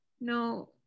No